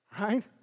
right